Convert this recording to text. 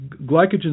glycogen